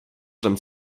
żem